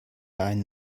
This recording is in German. einen